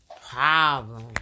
problem